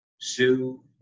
sue